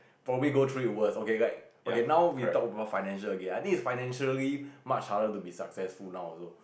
probably go through with worse okay like okay now we talk about financial a bit I think is financially much harder to be successful now also